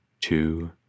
two